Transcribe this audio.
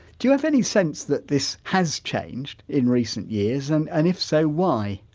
do you have any sense that this has changed in recent years and and if so why?